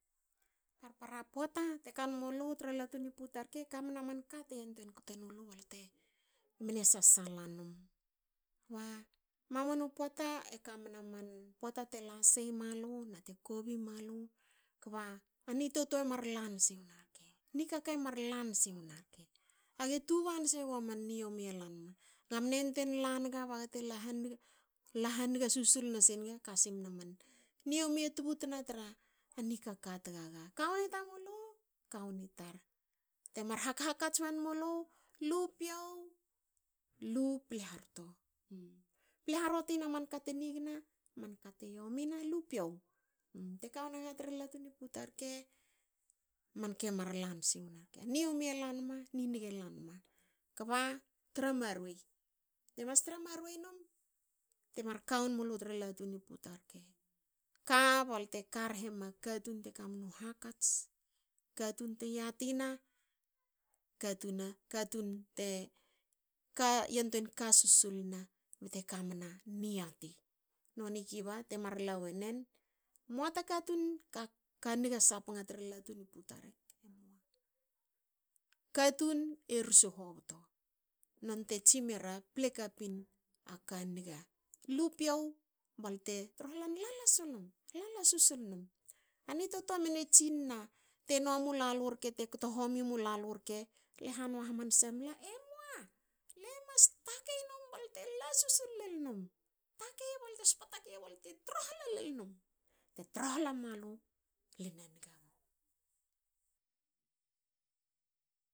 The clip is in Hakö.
Parpara poata te kan mulu tra latu ni puta rke kamna manka te kte nulu balte mne sasala num. Mamana poata e kamna man poata te la sei malu nate kobi malu kba nitotoa e mar lan si wna rke. A ni totoa e mar lan si wna rke. Age tuba senga man ni yomi e lan ma. Aga mne yantuein la nga baga te la hange susul nasinga. kasimna man ni yomi e tubutna tra a nikaka tagaga. Ka woni tamulu ka woni tar. Te mar hak hakats wen mulu. lu piou lu ple harto. Ple harotina manka te nigna. Man ka te yomi na. lu piou. Te ka won gaga tra latu ni puta rke. man ke mar lan si won ma rke. Ni yomi e lanma ni nga lanma kba tra maruei. Le mas tra maruei num te mar ka won mulu tra latu ni puta rke. Ka bte ka rhe ma katun te ka e yantuein ka susulna bte kamna niati. Noni kiba te mar la wanen. Moata katun ka ka niga sapanga tra latu ni puta rke. emoa. katun e rsu hobto non te tsin mera. ple kapin a ka niga. lu piou balte trohlan lala susul num. Ani totoa mne tsina te nua mulalu rke. te kto homi mulalu rke. le hanua hamansa mle. emua. Le mas takei num bte la susul lel num. Takei balte spa takei balte trolha lel num. Te trolha malu. le na niga mu